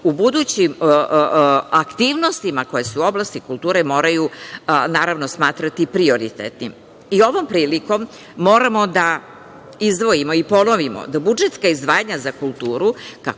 u budućim aktivnostima koje se u oblasti kulture moraju smatrati prioritetnim. Ovom prilikom moramo da izdvojimo i ponovimo da budžetska izdvajanja za kulturu,